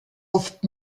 oft